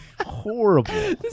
Horrible